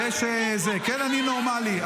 אתה נורמלי?